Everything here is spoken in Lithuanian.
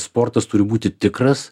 sportas turi būti tikras